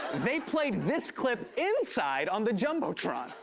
they played this clip inside on the jumbotron.